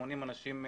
380 אנשים.